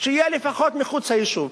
שיהיה לפחות מחוץ ליישוב,